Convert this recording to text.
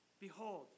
Behold